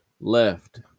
left